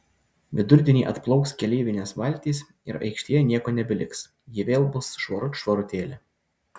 vidurdienį atplauks keleivinės valtys ir aikštėje nieko nebeliks ji vėl bus švarut švarutėlė